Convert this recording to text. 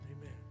Amen